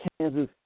Kansas